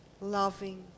loving